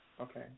Okay